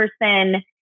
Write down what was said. person